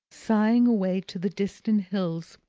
sighing away to the distant hills,